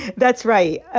that's right.